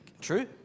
true